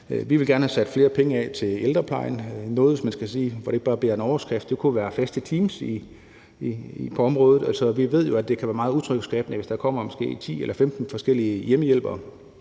Vi vil gerne have sat flere penge af til ældreplejen. Noget, hvor det ikke bare bliver en overskrift, kunne være faste teams på området. Vi ved jo, at det kan være meget utryghedsskabende, hvis der kommer 10 eller måske 15 forskellige hjemmehjælpere